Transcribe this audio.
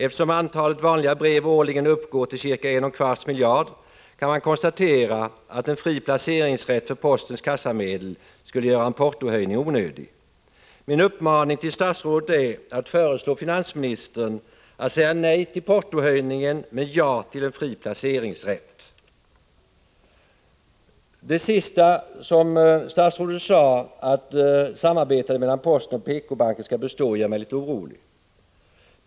Eftersom antalet vanliga brev årligen uppgår till cirka en och en kvarts miljard, kan man konstatera att en fri placeringsrätt avseende postens kassamedel skulle göra en portohöjning onödig. Min uppmaning till statsrådet är att han skall föreslå finansministern att säga nej till portohöjningen men ja till en fri placeringsrätt. Det som statsrådet senast anförde, att samarbetet mellan posten och PK-banken skall bestå, gör mig litet orolig.